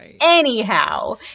anyhow